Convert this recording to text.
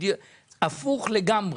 להיפך לחלוטין.